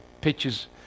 pictures